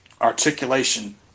articulation